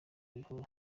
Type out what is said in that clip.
bihuru